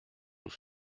nous